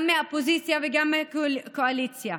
גם מהאופוזיציה וגם מהקואליציה,